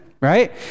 Right